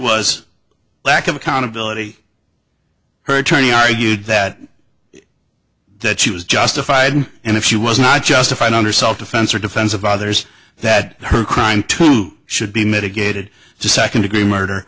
was lack of accountability her attorney argued that that she was justified and if she was not justified under self defense or defense of others that her crime too should be mitigated to second degree murder